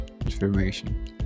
information